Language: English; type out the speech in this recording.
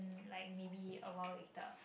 like maybe a while later